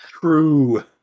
True